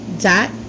Dot